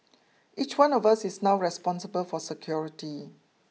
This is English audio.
each one of us is now responsible for security